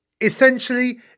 essentially